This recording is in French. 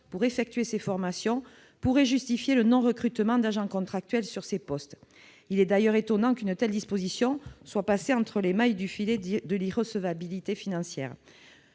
pour les organiser pourrait justifier que l'on ne recrute pas d'agents contractuels sur ces postes. Il est d'ailleurs étonnant qu'une telle disposition soit passée entre les mailles du filet de l'irrecevabilité financière.